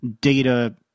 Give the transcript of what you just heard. data